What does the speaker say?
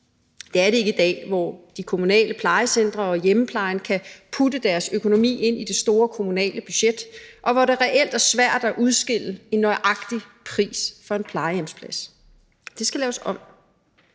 Det er det ikke i dag, hvor de kommunale plejecentre og hjemmeplejen kan putte deres økonomi ind i det store kommunale budget, og hvor det reelt er svært at udregne en nøjagtig pris for en plejehjemsplads. Det skal laves om.